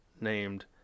named